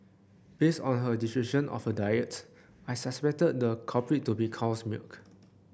based on her description of her diets I suspected the culprit to be cow's milk